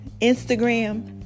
Instagram